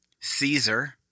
Caesar